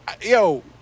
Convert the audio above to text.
yo